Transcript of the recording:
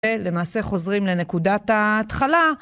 ולמעשה חוזרים לנקודת ההתחלה.